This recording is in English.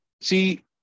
see